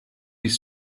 his